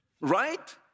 right